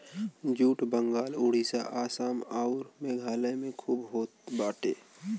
jute Bengal Orissa Assam अउर मेघालय में खूब होत बाटे